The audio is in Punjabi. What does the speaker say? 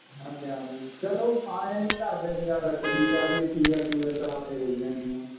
ਹਾਂਜੀ ਹਾਂਜੀ ਚਲੋ ਐਂ ਹੈ ਜੀ ਘਰ ਦੇ ਗੁਜ਼ਾਰਾ ਚੱਲੀ ਜਾਵੇ ਪੀ ਆਰ ਪੂ ਆਰ ਤਾਂ ਆਪੇ ਹੋਈ ਜਾਂਦੀਆਂ